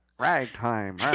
Ragtime